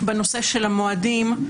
בנושא של המועדים,